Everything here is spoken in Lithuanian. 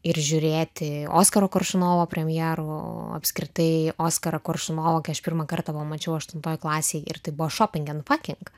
ir žiūrėti oskaro koršunovo premjerų o apskritai oskarą koršunovą aš pirmą kartą pamačiau aštuntoj klasėj ir tai buvo šoping end faking